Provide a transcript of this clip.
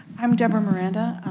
i'm deborah miranda.